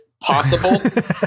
possible